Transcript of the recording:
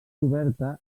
oberta